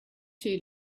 too